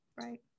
right